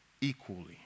equally